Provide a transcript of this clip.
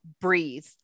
breathe